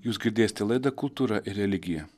jūs girdėsite laidą kultūra ir religija